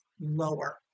lower